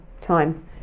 time